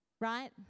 right